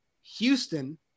Houston